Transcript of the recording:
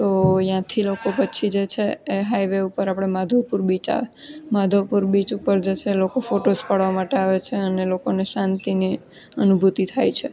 તો અહીંયાથી લોકો પછી જે છે એ હાઇવે ઉપર આપણે માધવપુર બીચ આવે માધવપુર બીચ ઉપર જે છે લોકો ફોટોસ પાડવા માટે આવે છે અને લોકોને શાંતિની અનુભૂતિ થાય છે